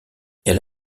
elle